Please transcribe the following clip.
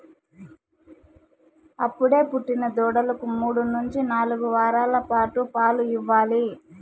అప్పుడే పుట్టిన దూడలకు మూడు నుంచి నాలుగు వారాల పాటు పాలు ఇవ్వాలి